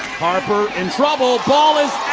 harper in trouble. ball is